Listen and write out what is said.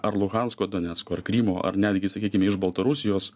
ar luhansko donecko ar krymo ar netgi sakykime iš baltarusijos